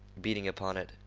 beating upon it,